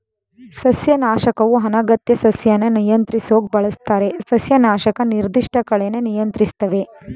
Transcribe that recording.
ಸಸ್ಯನಾಶಕವು ಅನಗತ್ಯ ಸಸ್ಯನ ನಿಯಂತ್ರಿಸೋಕ್ ಬಳಸ್ತಾರೆ ಸಸ್ಯನಾಶಕ ನಿರ್ದಿಷ್ಟ ಕಳೆನ ನಿಯಂತ್ರಿಸ್ತವೆ